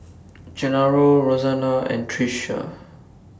Gennaro Rosanna and Tricia